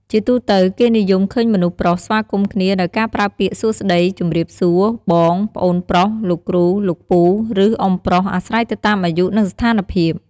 ជាទូទៅ គេនិយមឃើញមនុស្សប្រុសស្វាគមន៍គ្នា ដោយការប្រើពាក្យសួស្តី ជម្រាបសួរ បង ប្អូនប្រុស លោកគ្រូ លោកពូ ឬ អ៊ុំប្រុស អាស្រ័យទៅតាមអាយុ និងស្ថានភាព។